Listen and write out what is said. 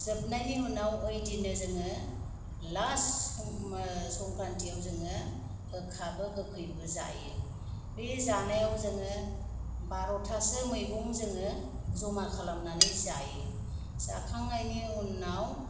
जोबनायनि उनाव ओयदिननो जोङो लास्ट संख्रान्थियाव जोङो गोखाबो गोखैबो जायो बे जानायाव जोङो बार'थासो मैगं जोङो ज'मा खालामनानै जायो जाखांनायनि उनाव